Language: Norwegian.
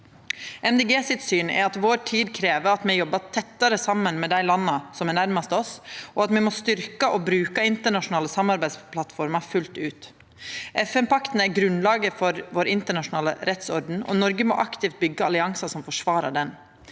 Dei Grøne er at vår tid krev at me jobbar tettare saman med dei landa som er nærmast oss, og at me må styrkja og bruka internasjonale samarbeidsplattformer fullt ut. FN-pakta er grunnlaget for vår internasjonale rettsorden, og Noreg må aktivt byggja alliansar som forsvarer ho.